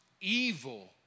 evil